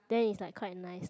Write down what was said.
then is like quite nice lah